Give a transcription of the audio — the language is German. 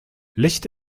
licht